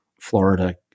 Florida